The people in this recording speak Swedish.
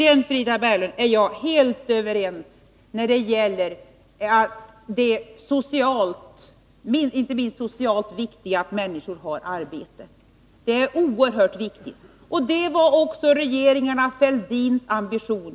Jag är helt överens med Frida Berglund i fråga om det inte minst socialt viktiga att se till att människor har arbete. Det är oerhört viktigt. Det var också regeringarna Fälldins ambition.